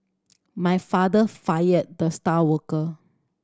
my father fired the star worker